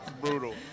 brutal